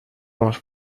más